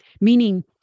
meaning